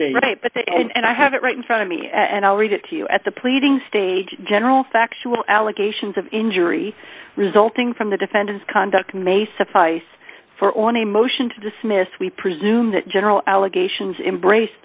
end and i have it right in front of me and i'll read it to you at the pleading stage general factual allegations of injury resulting from the defendant's conduct may suffice for on a motion to dismiss we presume that general allegations embrace